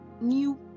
new